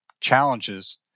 challenges